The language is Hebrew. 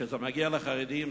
כשזה מגיע לחרדים,